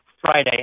Friday